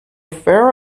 fur